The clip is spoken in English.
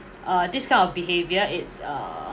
uh this kind of behaviour it's uh